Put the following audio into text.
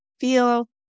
feel